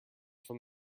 from